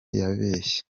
yabeshye